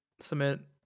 submit